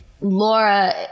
Laura